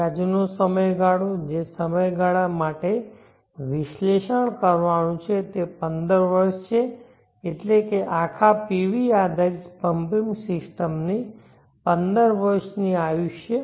વ્યાજ નો સમયગાળો જે સમયગાળા માટે વિશ્લેષણ કરવાનું છે તે 15 વર્ષ છે એટલે કે આખા PV આધારિત પમ્પિંગ સિસ્ટમની 15 વર્ષની આયુષ્ય